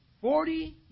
Forty